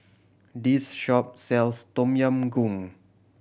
this shop sells Tom Yam Goong